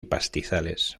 pastizales